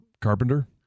Carpenter